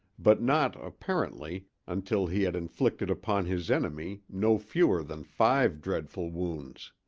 but not, apparently, until he had inflicted upon his enemy no fewer than five dreadful wounds.